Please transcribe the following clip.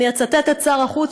אני אצטט את שר החוץ,